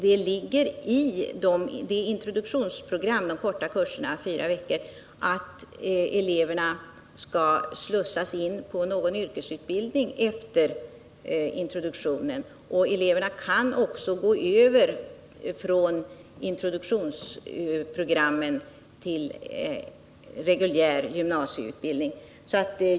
Det ligger i introduktionsprogrammet med de korta kurserna på fyra veckor att eleverna skall slussas in på någon yrkesutbildning efter introduktionen, och eleverna kan också gå över från introduktionsprogrammen till reguljär gymnasieutbildning.